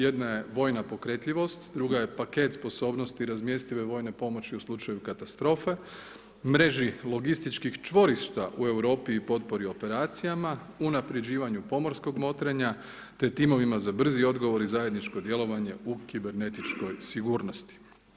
Jedna je vojna pokretljivost, druga je paket sposobnosti razmjestive vojne pomoći u slučaju katastrofe, mreži logističkih čvorišta u Europi i potpori operacijama, unapređivanju pomorskog motrenja, te timovima za brzi odgovor i zajedničko djelovanje u kibernetičkoj sigurnosti.